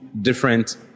different